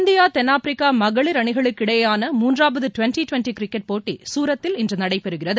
India தென்னாப்பிரிக்கா மகளிர் அணிகளுக்கு இடையேயான மூன்றாவது டுவென்டி டுவென்டி கிரிக்கெட் போட்டி சூரத்தில் இன்று நடைபெறுகிறது